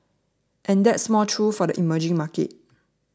and that's more true for the emerging markets